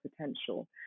potential